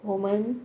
我们